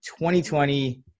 2020